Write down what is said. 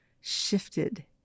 shifted